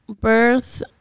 birth